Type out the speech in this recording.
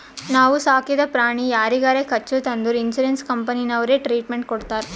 ನಾವು ಸಾಕಿದ ಪ್ರಾಣಿ ಯಾರಿಗಾರೆ ಕಚ್ಚುತ್ ಅಂದುರ್ ಇನ್ಸೂರೆನ್ಸ್ ಕಂಪನಿನವ್ರೆ ಟ್ರೀಟ್ಮೆಂಟ್ ಕೊಡ್ತಾರ್